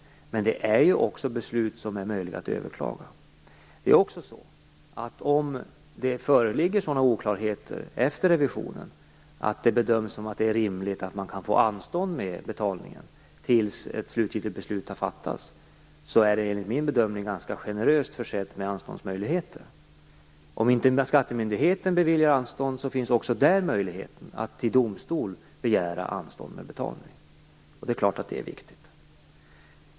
Men besluten är möjliga att överklaga. Om det föreligger oklarheter efter revisionen finns det, enligt min uppfattning, generösa möjligheter att ansöka om anstånd med betalningen tills ett slutgiltigt beslut har fattats. Om inte skattemyndigheten beviljar anstånd, finns möjligheten att begära anstånd med betalningen vid domstol. Det är viktigt.